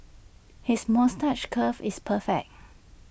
his moustache curl is perfect